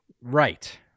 Right